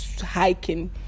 hiking